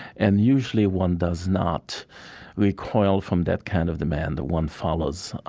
and usually, one does not recoil from that kind of demand that one follows,